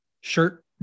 shirt